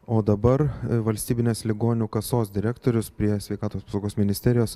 o dabar valstybinės ligonių kasos direktorius prie sveikatos apsaugos ministerijos